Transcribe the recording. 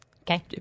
Okay